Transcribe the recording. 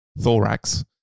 thorax